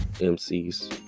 MC's